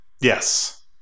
Yes